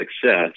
success